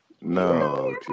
No